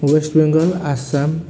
West Bengal Assam